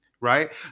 right